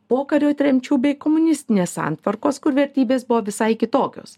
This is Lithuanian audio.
pokario tremčių bei komunistinės santvarkos kur vertybės buvo visai kitokios